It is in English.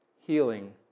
healing